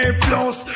plus